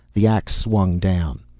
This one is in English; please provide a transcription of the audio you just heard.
the ax swung down.